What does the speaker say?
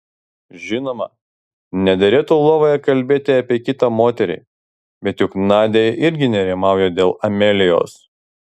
žinoma nederėtų lovoje kalbėti apie kitą moterį bet juk nadia irgi nerimauja dėl amelijos